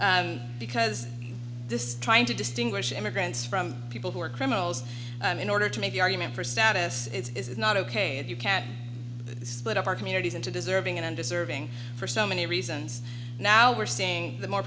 because this trying to distinguish immigrants from people who are criminals in order to make the argument for status is not ok if you can't split up our communities into deserving and undeserving for so many reasons now we're seeing the more